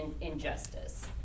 injustice